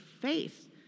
faith